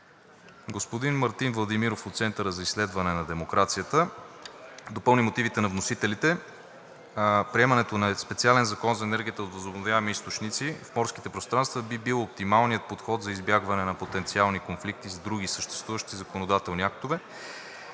Господин Мартин Владимиров от Центъра за изследване на демокрацията допълни мотивите на вносителите. Приемането на специален Закон за енергията от възобновяеми енергийни източници в морските пространства би бил оптималният подход за избягване на потенциални конфликти с други съществуващи законодателни актове